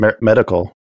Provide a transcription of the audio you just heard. medical